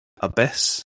Abyss